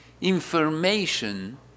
information